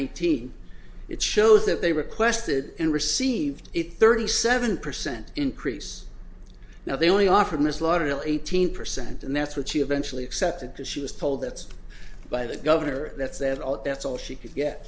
nineteen it shows that they requested and received it thirty seven percent increase now they only offer this lauderdale eighteen percent and that's what she eventually accepted because she was told that's by the gov that's that all that's all she could get